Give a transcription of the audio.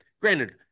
granted